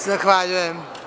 Zahvaljujem.